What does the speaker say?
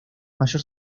mayor